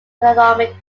economic